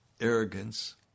arrogance